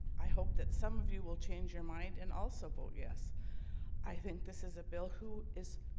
i hope that some of you will change your mind and also vote yes i think this is a bill who is